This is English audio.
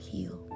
Heal